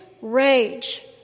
rage